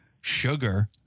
sugar